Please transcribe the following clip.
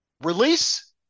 Release